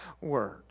word